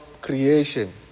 creation